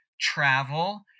travel